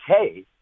okay